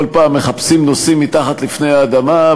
כל פעם מחפשים נושאים מתחת לפני האדמה,